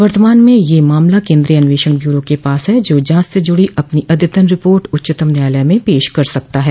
वर्तमान में ये मामला केन्द्रीय अन्वेषण ब्यूरो के पास है जो जांच से जुडो अपनी अद्यतन रिपोर्ट उच्चतम न्यायालय में पेश कर सकता है